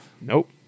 Nope